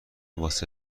واسه